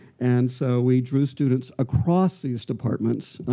and so, we drew students across these departments.